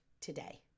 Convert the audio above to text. today